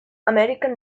american